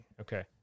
Okay